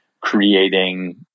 creating